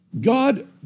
God